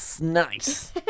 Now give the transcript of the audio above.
Nice